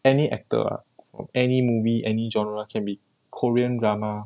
any actor of any movie any genre can be korean drama